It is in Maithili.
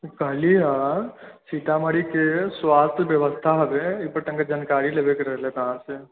कहलीहँ सीतामढ़ी के स्वास्थ ब्यबस्था मे ओहिपे कनि जानकारी लेबै के रहै अहाँसे